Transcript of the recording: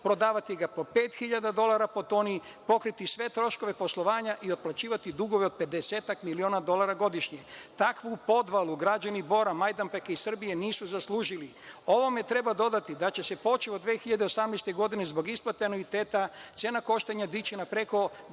prodavati ga po 5.000 dolara po toni, pokriti sve troškove poslovanja i otplaćivati dugove od 50-ak miliona dolara godišnje. Takvu podvalu građani Bora, Majdanpeka i Srbije nisu zaslužili. Ovome treba dodati da će se počev od 2018. godine zbog isplate anuiteta, cena koštanja dići na preko 10.000